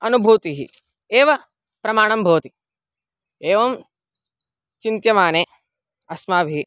अनुभूतिः एव प्रमाणं भवति एवं चिन्त्यमाने अस्माभिः